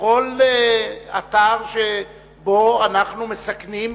לכל אתר, ואנחנו מסכנים,